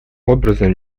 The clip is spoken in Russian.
образом